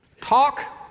Talk